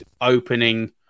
opening